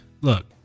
look